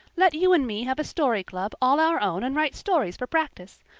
let you and me have a story club all our own and write stories for practice.